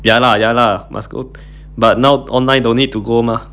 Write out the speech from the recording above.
ya lah ya lah must go but now online don't need to go mah